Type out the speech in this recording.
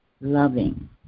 loving